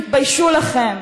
תתביישו לכם.